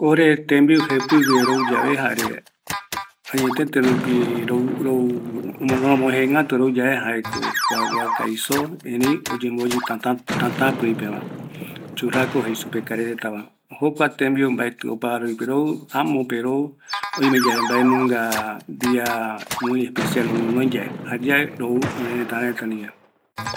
Ore tembiu jepɨgue rouyave, añetete rupi romojegatu rouyave, jaeko oyemboyɨ tätäpɨi peva, churrasco jei supe karairetava, jokua tembiu mbaetɨ opa ara rupi rou, amope rou oime yave madunga ara especial roguinoi yave, jayae rou